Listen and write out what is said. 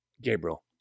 Gabriel